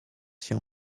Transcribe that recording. się